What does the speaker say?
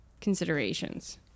considerations